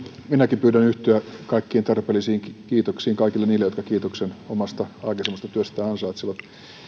minäkin pyydän saada yhtyä kaikkiin tarpeellisiin kiitoksiin kaikille niille jotka kiitoksen omasta aikaisemmasta työstään ansaitsevat